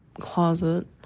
closet